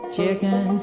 Chicken